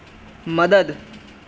مدد